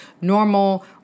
normal